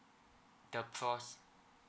the process